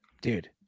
dude